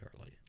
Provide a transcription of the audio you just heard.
early